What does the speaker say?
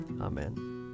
Amen